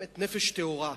באמת נפש טהורה.